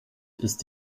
ist